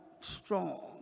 strong